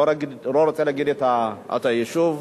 לא רוצה להגיד את שם היישוב,